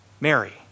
Mary